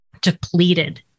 depleted